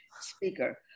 speaker